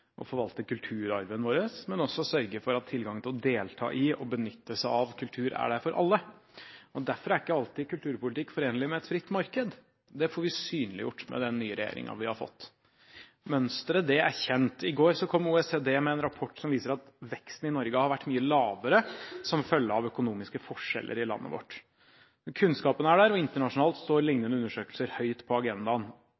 å forvalte kulturarven vår, men også å sørge for at tilgangen til å delta i og å benytte seg av kultur er der for alle. Derfor er ikke alltid kulturpolitikk forenlig med et fritt marked. Det får vi synliggjort med den nye regjeringen vi har fått. Mønsteret er kjent. I går kom OECD med en rapport som viser at veksten i Norge har vært mye lavere som følge av økonomiske forskjeller i landet vårt. Kunnskapen er der, og internasjonalt står